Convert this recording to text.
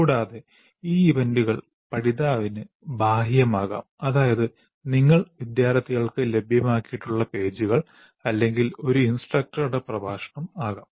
കൂടാതെ ഈ ഇവന്റുകൾ പഠിതാവിന് ബാഹ്യമാകാം അതായത് നിങ്ങൾ വിദ്യാർത്ഥികൾക്ക് ലഭ്യമാക്കിയിട്ടുള്ള പേജുകൾ അല്ലെങ്കിൽ ഒരു ഇൻസ്ട്രക്ടറുടെ പ്രഭാഷണം ആകാം